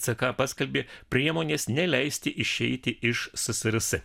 ck paskalbė priemones neleisti išeiti iš ssrs